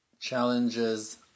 challenges